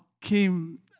came